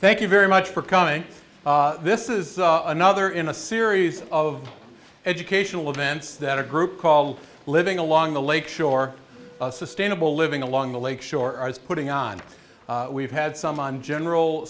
thank you very much for coming this is another in a series of educational events that a group called living along the lake shore sustainable living along the lake shore i was putting on we've had some on general